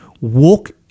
Walk